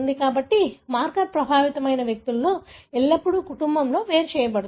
కాబట్టి మార్కర్ ప్రభావితమైన వ్యక్తితో ఎల్లప్పుడూ కుటుంబంలో వేరు చేయబడుతోంది